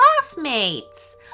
Classmates